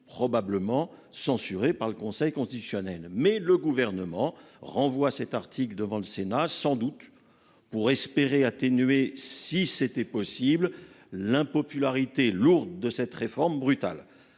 probablement censurée par le Conseil constitutionnel. Mais le gouvernement renvoie cet article devant le Sénat sans doute pour espérer atténuer si c'était possible l'impopularité lourde de cette réforme brutale